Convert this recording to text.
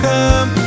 Come